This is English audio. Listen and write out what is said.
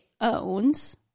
owns